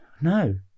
No